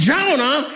Jonah